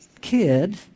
kid